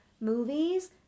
movies